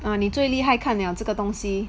ah 你最厉害看 liao 这个东西